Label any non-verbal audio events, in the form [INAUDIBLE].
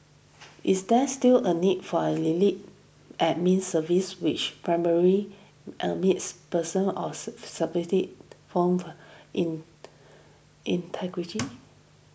is there still a need for an elite Admin Service which primarily admits persons of [UNINTELLIGIBLE] form in integrity